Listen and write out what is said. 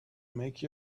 make